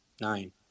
nine